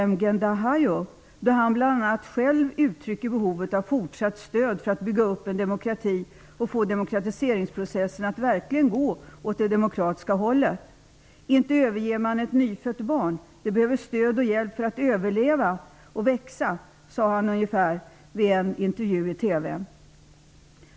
M. Gendahayo, varvid denne själv uttryckte behovet av fortsatt stöd för att bygga upp en demokrati och av att få demokratiseringsprocessen att verkligen gå åt det demokratiska hållet. Han sade i en TV-intervju ungefär: Inte överger man ett nyfött barn. Det behöver stöd och hjälp för att överleva och växa.